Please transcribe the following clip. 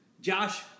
Josh